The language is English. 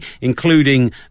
including